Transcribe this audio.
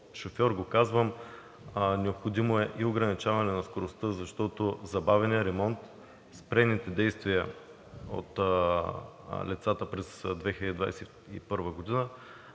шофьор го казвам, необходимо е и ограничаване на скоростта, защото забавяният ремонт, спрените действия от лицата през 2021 г.